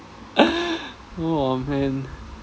oh man